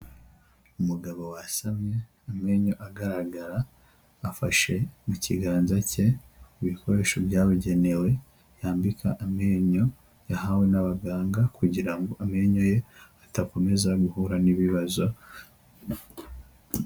Umugabo wasamye amenyo agaragara, afashe mu kiganza cye ibikoresho byabugenewe yambika amenyo yahawe nabaganga kugira ngo amenyo ye atakomeza guhura n'ibibazo.